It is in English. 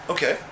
Okay